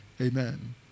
Amen